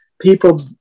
people